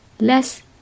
less